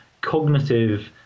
cognitive